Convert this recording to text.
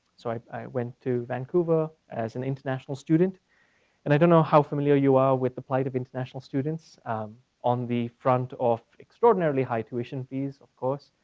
so i i went to vancouver as an international student and i don't know how familiar you are with the plight of international students on the front of extraordinarily high tuition fees of course.